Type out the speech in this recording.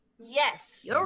Yes